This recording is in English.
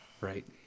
right